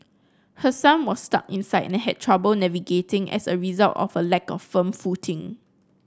her son was stuck inside and had trouble navigating as a result of a lack of firm footing